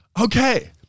Okay